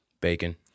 Bacon